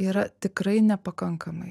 yra tikrai nepakankamai